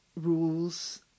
rules